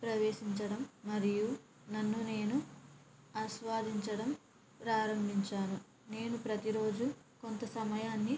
ప్రవేశించడం మరియు నన్ను నేను ఆస్వాదించడం ప్రారంభించాను నేను ప్రతీ రోజు కొంత సమయాన్ని